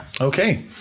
Okay